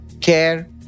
Care